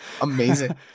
amazing